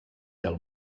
del